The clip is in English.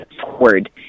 forward